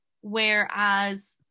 whereas